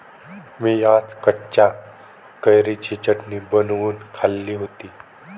मी आज कच्च्या कैरीची चटणी बनवून खाल्ली होती